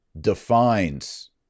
defines